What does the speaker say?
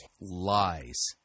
Lies